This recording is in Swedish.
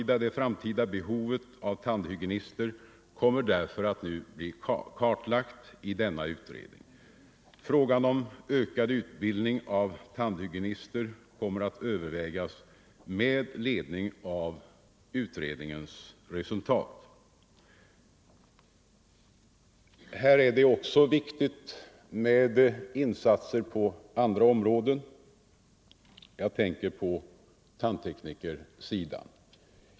Det framtida behovet av tandhy 41 gienister kommer nu därför att bli kartlagt av denna utredning. Frågan om en ökad utbildning av tandhygienister kommer att övervägas med ledning av utredningens resultat. Här är det också viktigt med insatser på andra områden. Jag tänker på tandteknikersidan.